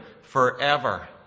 forever